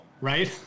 right